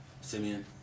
Simeon